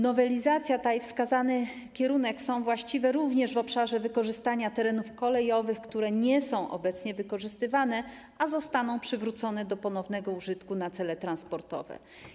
Nowelizacja ta i wskazany kierunek są właściwe również w obszarze wykorzystania terenów kolejowych, które nie są obecnie wykorzystywane, a zostaną przywrócone do ponownego użytku na cele transportowe.